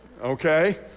okay